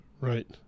Right